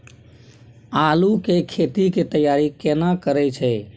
आलू के खेती के तैयारी केना करै छै?